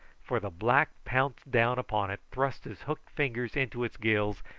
for the black pounced down upon it, thrust his hooked finger into its gills,